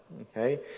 Okay